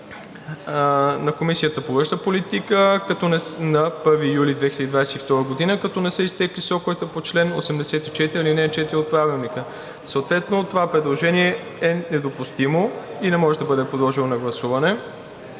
на Комисията по външна политика на 1 юли 2022 г., като не са изтекли сроковете по чл. 84, ал. 4 от Правилника. Съответно това предложение е недопустимо и не може да бъде подложено на гласуване